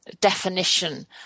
definition